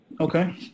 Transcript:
Okay